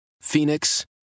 Phoenix